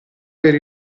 per